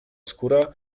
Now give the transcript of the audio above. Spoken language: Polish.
skóra